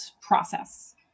process